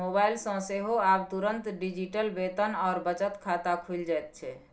mobile सँ सेहो आब तुरंत डिजिटल वेतन आओर बचत खाता खुलि जाइत छै